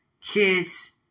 kids